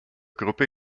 gruppe